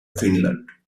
finland